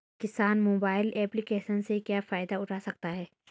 किसान mobile application से क्या फायदा उठा सकता है?